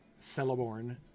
Celeborn